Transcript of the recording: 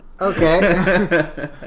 Okay